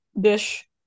dish